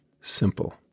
simple